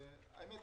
והאמת,